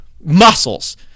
muscles